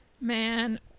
man